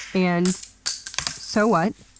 and so what.